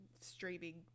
streaming